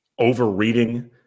overreading